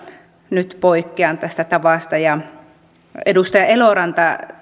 nyt poikkean tästä tavasta edustaja eloranta